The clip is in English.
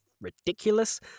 ridiculous